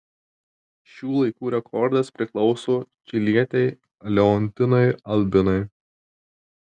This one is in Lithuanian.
šių laikų rekordas priklauso čilietei leontinai albinai